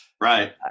Right